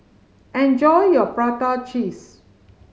enjoy your prata cheese